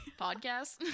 Podcast